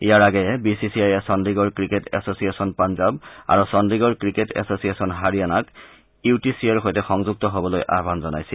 ইয়াৰ আগেয়ে বিচিচিআইয়ে Chandigarh cricket association Punjab আৰু চণ্ডীগড় ক্ৰিকেট এছছিয়েছন হাৰিয়ানাক ইউ টি চি এৰ সৈতে সংযুক্ত হবলৈ আহান জনাইছিল